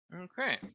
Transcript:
Okay